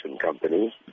company